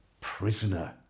prisoner